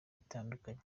itandukanye